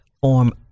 form